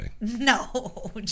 No